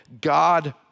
God